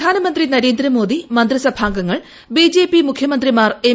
പ്രധാനമന്ത്രി നരേന്ദ്രമോദി മന്ത്രിസഭാംഗങ്ങൾ ബിജെപി മുഖ്യമന്ത്രിമാർ എം